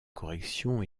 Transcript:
corrections